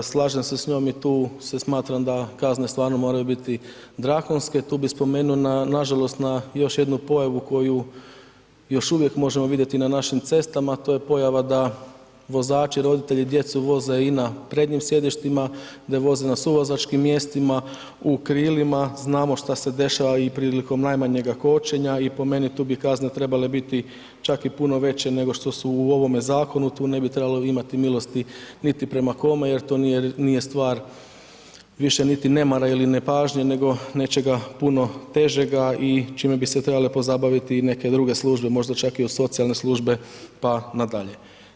Slažem se s njom i tu se smatram da kazne stvarno moraju biti drakonske, tu bi spomenuo na, nažalost na još jednu pojavu koju još uvijek možemo vidjeti na našim cestama, a to je pojava da vozači roditelji djecu voze i na prednjim sjedištima, da je voze na suvozačkim mjestima, u krilima znamo šta se dešava i prilikom najmanjega kočenja i po meni tu bi kazne trebale biti čak i puno veće nego što su u ovome zakonu, tu ne bi trebalo imati milosti niti prema kome jer to nije stvar više niti nemara ili nepažnje nego nečega puno težega i čime bi se trebale pozabaviti i neke druge službe, možda čak i od socijalne službe pa na dalje.